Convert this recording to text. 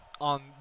on